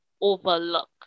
overlook